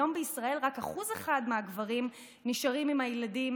היום בישראל רק 1% מהגברים נשארים עם הילדים